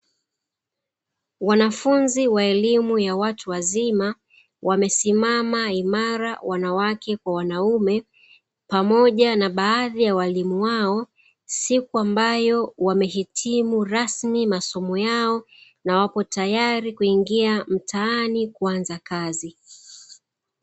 Wanafunzi wa elimu ya watu wazima wamesimama imara, wanawake kwa wanaume pamoja na baadhi ya walimu wao, siku ambayo wamehitimu rasmi masomo yao na wapo tayari kuingia mtaani kuanza kazi.